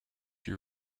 you